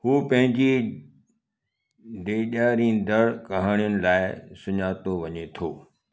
हू पंहिंजी ॾेजारींदड़ु कहाणियुनि लाइ सुञातो वञे थो